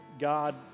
God